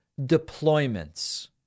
deployments